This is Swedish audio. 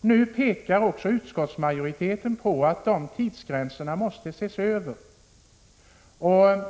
Nu pekar också utskottsmajoriteten på att de tidsgränserna måste ses över.